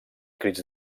crits